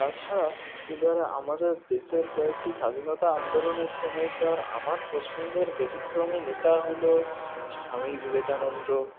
তা ছাড়া এবারে আমাদের দেশের কয়েকটি স্বাধীনতা আন্দোলনের সময়কার আমার পছন্দের ব্যতিক্রমী নেতা হলো স্বামী বিবেকানন্দ